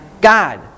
God